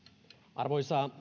arvoisa